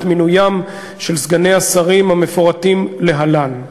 מינוים של סגני השרים המפורטים להלן: